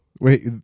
Wait